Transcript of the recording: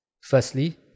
Firstly